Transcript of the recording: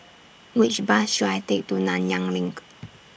Which Bus should I Take to Nanyang LINK